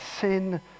sin